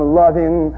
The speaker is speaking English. loving